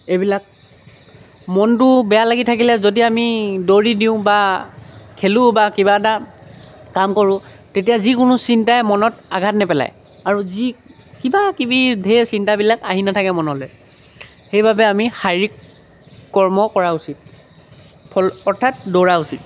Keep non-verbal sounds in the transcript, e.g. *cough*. এইবিলাক মনটো বেয়া লাগি থাকিলে যদি আমি দৌৰি দিওঁ বা খেলোঁ বা কিবা এটা কাম কৰোঁ তেতিয়া যিকোনো চিন্তাই মনত আঘাত নেপেলায় আৰু যি কিবাকিবি ঢেৰ চিন্তাবিলাক আহি নাথাকে মনলৈ সেইবাবে আমি শাৰীৰিক কৰ্ম কৰা উচিত *unintelligible* অৰ্থাৎ দৌৰা উচিত